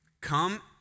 Come